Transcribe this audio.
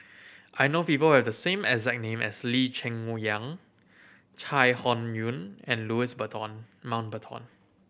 I know people have the same exact name as Lee Cheng Yang Chai Hon Yoong and Louis Mountbatten